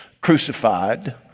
crucified